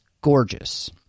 gorgeous